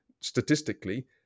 statistically